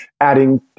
adding